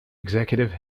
executive